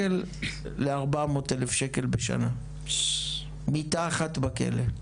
250,000-400,000 שקלים בשנה, מיטה אחת בכלא.